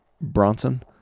Bronson